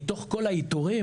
מתוך כל האיתורים,